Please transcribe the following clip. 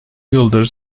yıldır